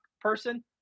person